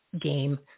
game